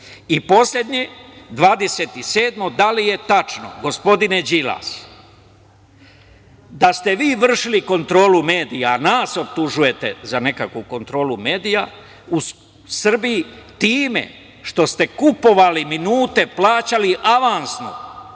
novac? Poslednje, 27, da li je tačno, gospodine Đilas, da ste vi vršili kontrolu medija, a nas optužujete za nekakvu kontrolu medija u Srbiji, time što ste kupovali minute, plaćali avansno